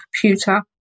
computer